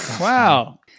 wow